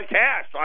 cash